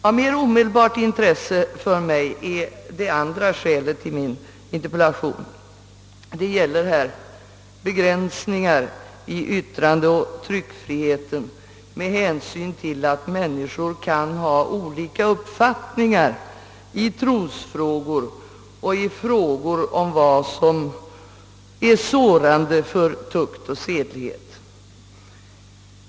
Av mer omedelbart intresse för mig är det andra skälet till min interpellation, nämligen begränsningar i yttrandeoch tryckfriheten med hänsyn till att människor kan ha olika uppfattningar i trosfrågor och i frågor om vad som är sårande för tukt och sedlighet.